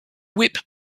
whip